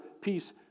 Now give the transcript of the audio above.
peace